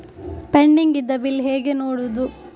Pending ಇದ್ದ bill ಹೇಗೆ ನೋಡುವುದು?